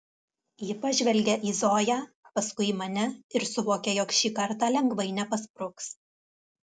ji pažvelgia į zoją paskui į mane ir suvokia jog šį kartą lengvai nepaspruks